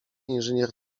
inżynier